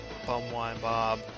bumwinebob